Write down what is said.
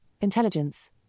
Intelligence